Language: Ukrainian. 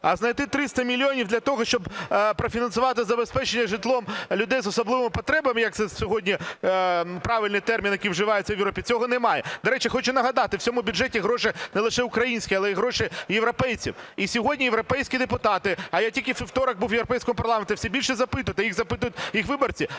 А знайти 300 мільйонів для того, щоб профінансувати забезпечення житлом людей з особливими потребами, як це сьогодні правильний термін, який вживається в Європі, цього немає. До речі, хочу нагадати, в цьому бюджеті гроші не лише українські, але й гроші європейців. І сьогодні європейські депутати, а я тільки у вівторок був у Європейському парламенті, все більше запитують, а їх запитують їх виборці,